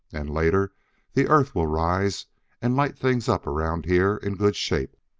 and later the earth will rise and light things up around here in good shape.